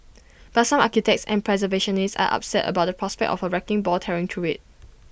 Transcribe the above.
but some architects and preservationists are upset about the prospect of A wrecking ball tearing through IT